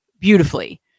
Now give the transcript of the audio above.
beautifully